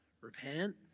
Repent